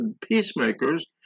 peacemakers